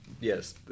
Yes